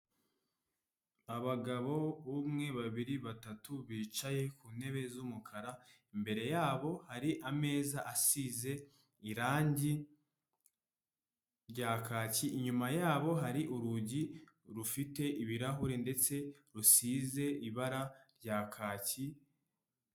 Abagabo; umwe babiri, batatu bicaye ku ntebe z'umukara, imbere yabo hari ameza asize irangi rya kaki, inyuma yabo hari urugi rufite ibirahuri ndetse rusize ibara rya kaki,...